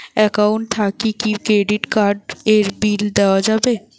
Account থাকি কি credit card এর বিল দেওয়া যাবে?